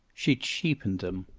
she cheapened them.